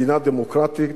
מדינה דמוקרטית,